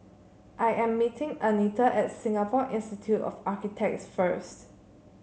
I am meeting Anita at Singapore Institute of Architects first